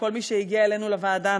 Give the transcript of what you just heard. לכל מי שהגיע אלינו לוועדה,